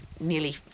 nearly